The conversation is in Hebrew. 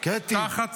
תחת